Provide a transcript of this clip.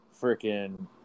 Freaking